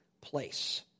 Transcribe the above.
place